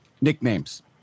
nicknames